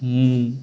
ମୁଁ